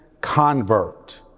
convert